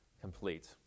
complete